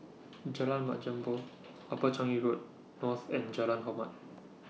Jalan Mat Jambol Upper Changi Road North and Jalan Hormat